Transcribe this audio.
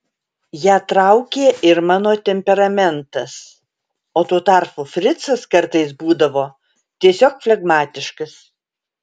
ją traukė ir mano temperamentas o tuo tarpu fricas kartais būdavo tiesiog flegmatiškas